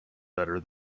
better